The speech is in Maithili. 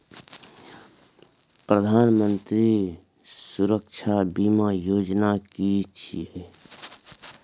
प्रधानमंत्री सुरक्षा बीमा योजना कि छिए?